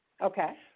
Okay